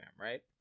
right